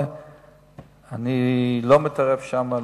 498. אני לא מתערב שם,